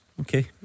Okay